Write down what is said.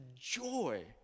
joy